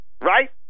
right